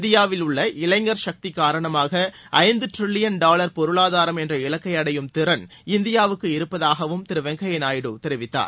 இந்தியாவிலுள்ள இளைஞர் சக்தி காரணமாக ஐந்து டிரில்லியன் டாவர் பொருளாதாரம் என்ற இலக்கை அடையும் திறன் இந்தியாவுக்கு இருப்பதாகவும் திரு வெங்கய்ய நாயுடு தெரிவித்தார்